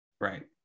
Right